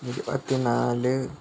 ഇരുപത്തിനാല്